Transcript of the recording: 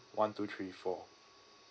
one two three four